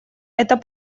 это